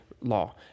law